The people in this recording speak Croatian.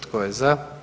Tko je za?